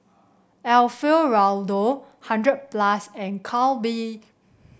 Alfio Raldo hundred plus and Calbee